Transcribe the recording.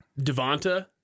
Devonta